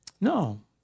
No